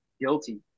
guilty